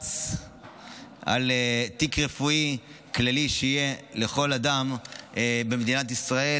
על תיק רפואי כללי שיהיה לכל אדם במדינת ישראל,